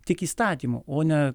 tik įstatymu o ne